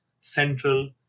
Central